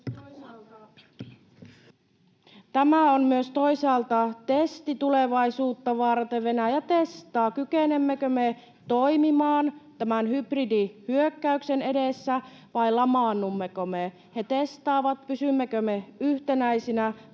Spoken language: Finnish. Tämä on toisaalta myös testi tulevaisuutta varten. Venäjä testaa, kykenemmekö me toimimaan tämän hybridihyökkäyksen edessä vai lamaannummeko me. He testaavat, pysymmekö me yhtenäisinä